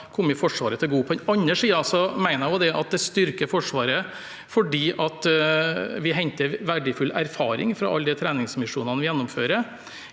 På den andre siden mener jeg det styrker Forsvaret fordi vi henter verdifull erfaring fra alle de treningsmisjonene vi gjennomfører.